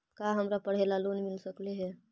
का हमरा पढ़े ल लोन मिल सकले हे?